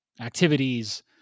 activities